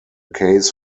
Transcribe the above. case